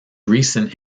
recent